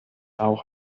auch